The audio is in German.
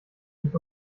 nicht